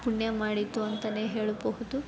ಪುಣ್ಯ ಮಾಡಿತು ಅಂತಲೇ ಹೇಳಬಹುದು